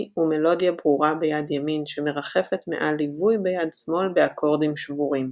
ומלודיה ברורה ביד ימין שמרחפת מעל ליווי ביד שמאל באקורדים שבורים.